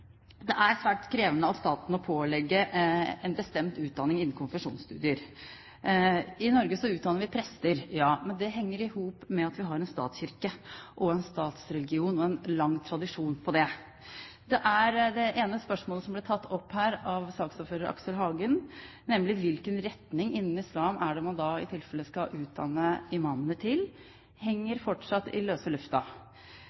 det er svært krevende av staten å pålegge en bestemt utdanning innen konfesjonsstudier. I Norge utdanner vi prester, ja, men det henger i hop med at vi har en statskirke og en statsreligion og en lang tradisjon på det. Det ene spørsmålet som ble tatt opp her av saksordfører Aksel Hagen, nemlig i hvilken retning innen islam man da i tilfelle skal utdanne imamene, henger fortsatt i